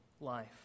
life